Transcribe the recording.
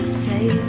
say